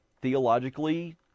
theologically